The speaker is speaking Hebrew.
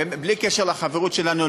בלי קשר לחברות שלנו,